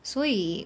所以